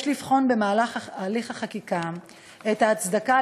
יש לבחון במהלך הליך החקיקה את ההצדקה